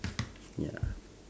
ya